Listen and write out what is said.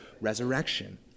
resurrection